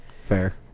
Fair